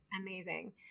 amazing